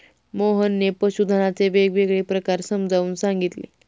मोहनने पशुधनाचे वेगवेगळे प्रकार समजावून सांगितले